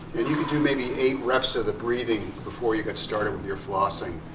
and you could do maybe eight reps of the breathing before you get started with your flossing.